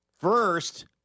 First